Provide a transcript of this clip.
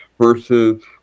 versus